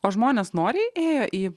o žmonės noriai ėjo į